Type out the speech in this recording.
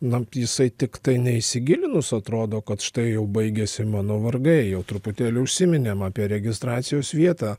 na jisai tiktai neįsigilinus atrodo kad štai jau baigėsi mano vargai jau truputėlį užsiminėm apie registracijos vietą